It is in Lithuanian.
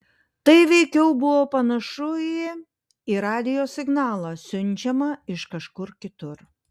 tai veikiau buvo panašu į į radijo signalą siunčiamą iš kažkur kitur